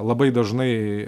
labai dažnai